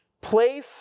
place